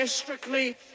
Strictly